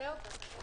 תעלה אותה.